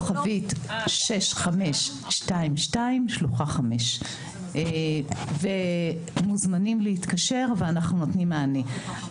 6522* שלוחה 5. אתם מוזמנים להתקשר ואנחנו נותנים מענה.